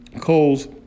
coals